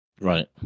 Right